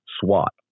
SWAT